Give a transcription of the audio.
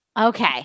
Okay